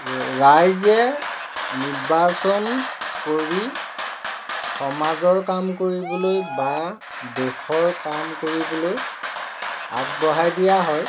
ৰা ৰাইজে নিৰ্বাচন কৰি সমাজৰ কাম কৰিবলৈ বা দেশৰ কাম কৰিবলৈ আগবঢ়াই দিয়া হয়